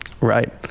Right